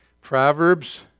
Proverbs